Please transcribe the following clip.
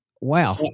wow